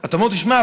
תשמע,